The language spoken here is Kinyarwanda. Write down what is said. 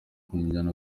kumujyana